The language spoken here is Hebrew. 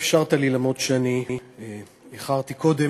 על שאפשרת לי אף שאיחרתי קודם.